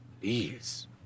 Please